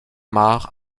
marc